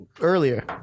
earlier